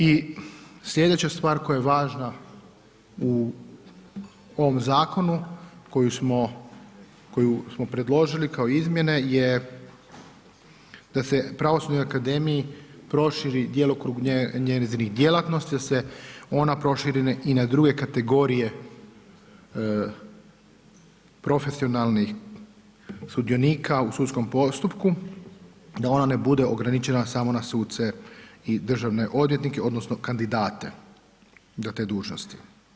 I sljedeća stvar koja je važna u ovom zakonu koju smo, koju smo predložili kao izmjene je da se na Pravosudnoj akademiji proširi djelokrug njezinih djelatnosti, da se ona proširi i na druge kategorije, profesionalnih sudionika u sudskom postupku, da ona ne bude ograničena samo na suce i državne odvjetnike, odnosno, kandidate, za te dužnosnike.